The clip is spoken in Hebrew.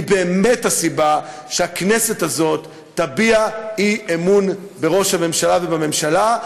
היא באמת הסיבה שהכנסת הזאת תביע אי-אמון בראש הממשלה ובממשלה.